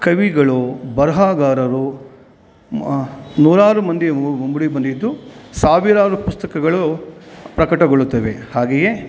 ಕವಿಗಳು ಬರಹಗಾರರು ನೂರಾರು ಮಂದಿ ಬಂದಿದ್ದು ಸಾವಿರಾರು ಪುಸ್ತಕಗಳು ಪ್ರಕಟಗೊಳ್ಳುತ್ತವೆ ಹಾಗೆಯೇ